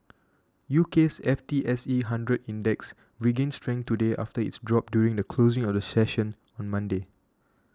U K's F T S E Hundred Index regained strength today after its drop during the closing of the session on Monday